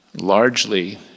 largely